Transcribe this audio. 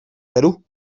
perú